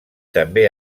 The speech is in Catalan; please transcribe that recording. també